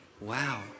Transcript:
Wow